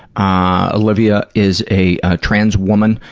ah olivia is a trans woman.